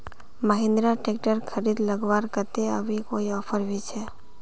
Mahindra tractor खरीद लगवार केते अभी कोई ऑफर भी छे?